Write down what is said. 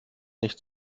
nicht